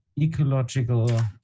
ecological